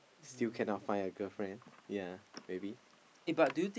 still cannot find a girlfriend ya maybe